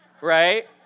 right